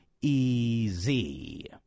easy